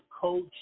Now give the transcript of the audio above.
coach